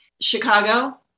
Chicago